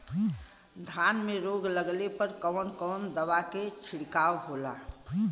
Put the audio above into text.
धान में रोग लगले पर कवन कवन दवा के छिड़काव होला?